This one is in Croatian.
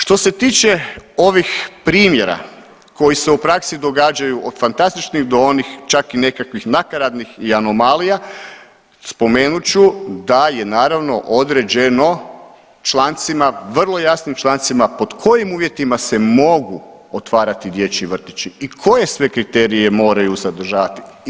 Što se tiče ovih primjera koji se u praksi događaju od fantastičnih do onih čak i nekakvih nakaradnih i anomalija spomenut ću da je naravno određeno člancima vrlo jasnim člancima pod kojim uvjetima se mogu otvarati dječji vrtići i koje sve kriterije moraju sadržavati.